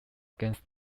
against